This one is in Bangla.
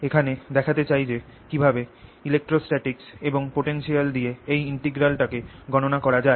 এখানে দেখাতে চাই যে কীভাবে ইলেকট্রোস্ট্যাটিকস এবং পোটেনশিয়াল দিয়ে এই ইনটিগ্রালটাকে গণনা করা যায়